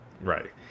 Right